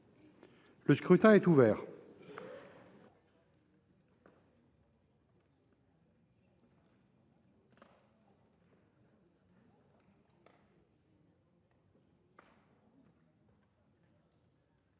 Le scrutin est ouvert.